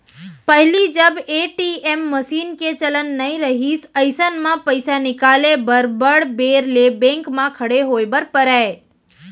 पहिली जब ATM machine के चलन नइ रहिस अइसन म पइसा निकाले बर बड़ बेर ले बेंक म खड़े होय बर परय